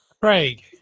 Craig